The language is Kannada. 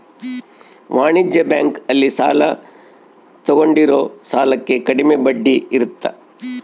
ವಾಣಿಜ್ಯ ಬ್ಯಾಂಕ್ ಅಲ್ಲಿ ಸಾಲ ತಗೊಂಡಿರೋ ಸಾಲಕ್ಕೆ ಕಡಮೆ ಬಡ್ಡಿ ಇರುತ್ತ